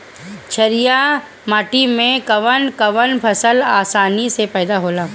छारिया माटी मे कवन कवन फसल आसानी से पैदा होला?